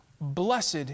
Blessed